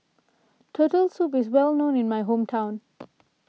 Turtle Soup is well known in my hometown